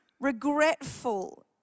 regretful